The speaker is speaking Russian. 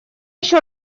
еще